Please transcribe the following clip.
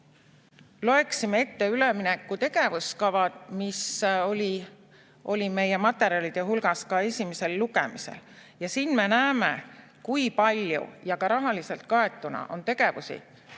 loeksin ette ülemineku tegevuskava, mis oli meie materjalide hulgas ka esimesel lugemisel, ja siin me näeme, kui palju – ja ka rahaliselt kaetuna – on tegevusi,